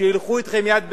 שילכו אתכם יד ביד.